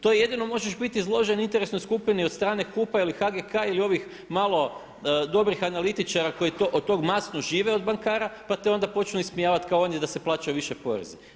To jedino možeš biti izložen interesnoj skupini od strane HUP-a ili HGK ili ovih malo dobrih analitičara koji od toga masno žive od bankara pa te onda počnu ismijavati kao on je da se plaćaju više porezi.